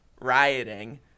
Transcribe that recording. rioting